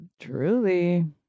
Truly